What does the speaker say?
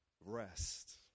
rest